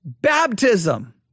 baptism